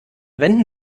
wenden